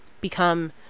become